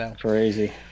Crazy